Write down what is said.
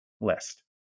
list